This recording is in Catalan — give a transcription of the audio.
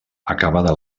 acabada